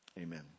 Amen